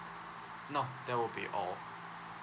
nope that will be all